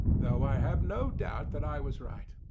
though i have no doubt that i was right.